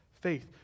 Faith